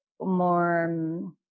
more